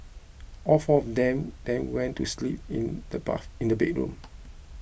all four of them then went to sleep in the bath in the bedroom